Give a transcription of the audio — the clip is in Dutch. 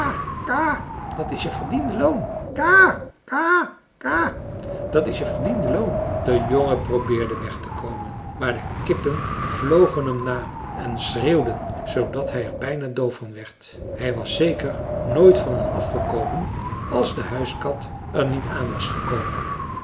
dat is je verdiende loon ka ka ka dat is je verdiende loon de jongen probeerde weg te komen maar de kippen vlogen hem na en schreeuwden zoodat hij er bijna doof van werd hij was zeker nooit van hen afgekomen als de huiskat er niet aan was gekomen